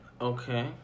Okay